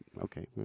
Okay